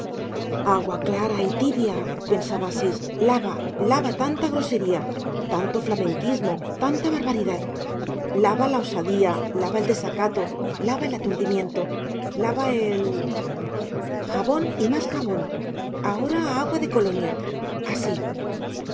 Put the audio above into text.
agua clara y tibia pensaba asís lava lava tanta grosería tanto flamenquismo tanta barbaridad lava la osadía lava el desacato lava el aturdimiento lava el jabón y más jabón ahora agua de colonia así